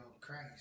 Christ